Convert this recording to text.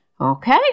Okay